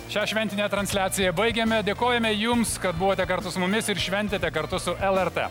šią šventinę transliaciją baigiame dėkojame jums kad buvote kartu su mumis ir šventėte kartu su lrt